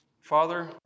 Father